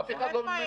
אף אחד לא ממנה.